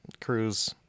Cruise